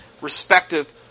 respective